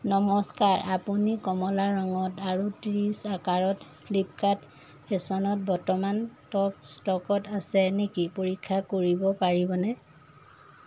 নমস্কাৰ আপুনি কমলা ৰঙত আৰু ত্ৰিছ আকাৰত ফ্লিপকাৰ্ট ফেশ্বনত বৰ্তমান টপ ষ্টকত আছে নেকি পৰীক্ষা কৰিব পাৰিবনে